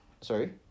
sorry